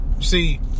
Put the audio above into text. See